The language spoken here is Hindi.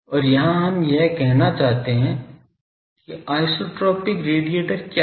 और यहां हम यह कहना चाहते हैं कि आइसोट्रोपिक रेडिएटर क्या है